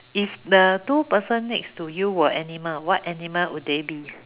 if the two person next to you were animal what animal would they be